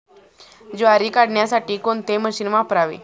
ज्वारी काढण्यासाठी कोणते मशीन वापरावे?